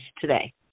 today